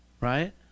right